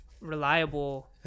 reliable